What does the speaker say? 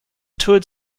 toured